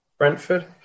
Brentford